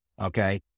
okay